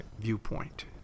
viewpoint